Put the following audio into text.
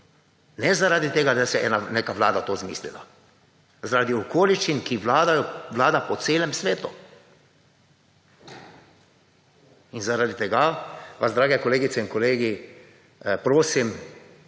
Ne zaradi tega, da se je neka vlada to zmislila. Zaradi okoliščin, ki vladajo po celem svetu. In zaradi tega vas, drage kolegice in kolegi, prosim,